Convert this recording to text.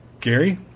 Gary